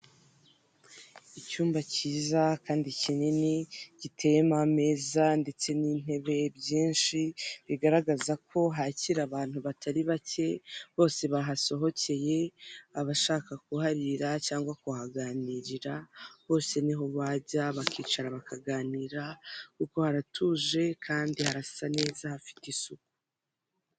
Icyumba cyiza kandi kinini giteyemo ameza ndetse n'intebe byinshi bigaragaza ko hakira abantu batari bake bose bahasohokeye. Abashaka kuharira cyangwa kuhaganirira bose niho bajya bakicara bakaganira, kuko haratuje kandi harasa neza hafite isuku.